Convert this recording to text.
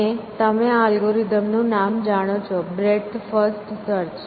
અને તમે આ અલ્ગોરિધમનું નામ જાણો છો બ્રેડ્થ ફર્સ્ટ સર્ચ